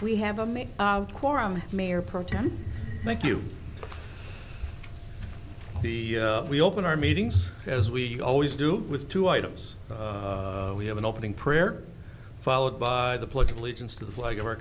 we have a make a quorum mayor pro tem thank you the we open our meetings as we always do with two items we have an opening prayer followed by the pledge of allegiance to the flag of our